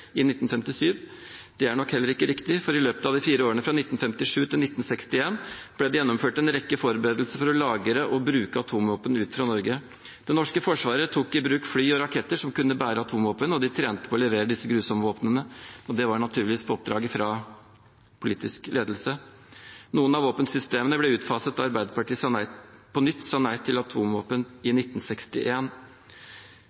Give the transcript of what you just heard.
Det er nok heller ikke riktig, for i løpet av de fire årene fra 1957–1961 ble det gjennomført en rekke forberedelser for å lagre og bruke atomvåpen ut fra Norge. Det norske forsvaret tok i bruk fly og raketter som kunne bære atomvåpen, og de trente på å levere disse grusomme våpnene. Det var naturligvis på oppdrag fra politisk ledelse. Noen av våpensystemene ble utfaset da Arbeiderpartiet på nytt sa nei til atomvåpen i 1961. Flertallet på Arbeiderpartiets landsmøte sa likevel ja til at atomvåpen